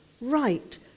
right